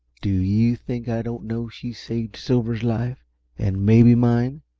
do you think i don't know she saved silver's life and maybe mine?